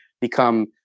become